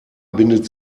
bindet